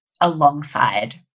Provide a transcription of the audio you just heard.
alongside